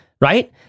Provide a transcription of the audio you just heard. right